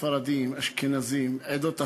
ספרדים ואשכנזים כעדות אחרות.